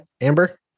Amber